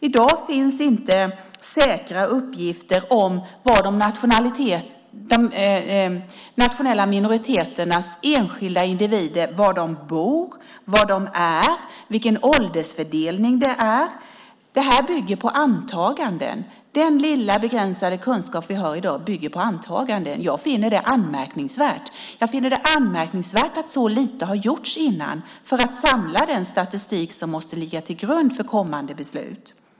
I dag finns inte säkra uppgifter om var enskilda individer bland de nationella minoriteterna bor, befinner sig och deras åldersfördelning. Det här bygger på antaganden. Den lilla begränsade kunskap vi har i dag bygger på antaganden. Jag finner det anmärkningsvärt. Jag finner det anmärkningsvärt att så lite har gjorts innan för att samla den statistik som måste ligga till grund för kommande beslut.